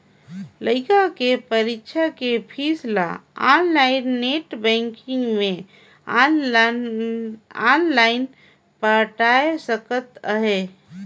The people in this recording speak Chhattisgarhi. लइका के परीक्षा के पीस ल आनलाइन नेट बेंकिग मे आनलाइन पटाय सकत अहें